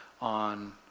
on